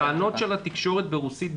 כי הטענות של התקשורת ברוסית,